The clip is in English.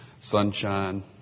sunshine